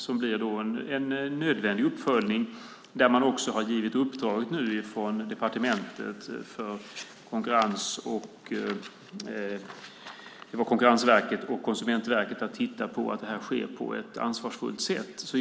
Det blir då en nödvändig uppföljning, och man har från departementet också givit ett uppdrag åt Konkurrensverket och Konsumentverket att se till att det här sker på ett ansvarsfullt sätt.